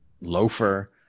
loafer